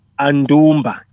Andumba